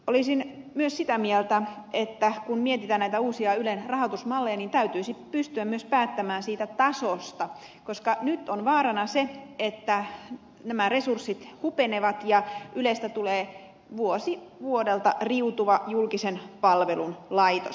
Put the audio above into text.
olisin myös sitä mieltä kun mietitään näitä uusia ylen rahoitusmalleja että täytyisi pystyä myös päättämään siitä tasosta koska nyt on vaarana se että nämä resurssit hupenevat ja ylestä tulee vuosi vuodelta riutuva julkisen palvelun laitos